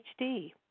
HD